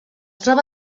troba